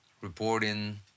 reporting